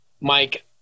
Mike